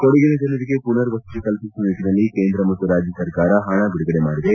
ಕೊಡಗಿನ ಜನರಿಗೆ ಪುನರ್ ವಸತಿ ಕಲ್ಪಿಸುವ ನಿಟ್ಟನಲ್ಲಿ ಕೇಂದ್ರ ಮತ್ತು ರಾಜ್ಯ ಸರ್ಕಾರ ಹಣ ಬಿಡುಗಡೆ ಮಾಡಿದೆ